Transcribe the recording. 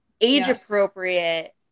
age-appropriate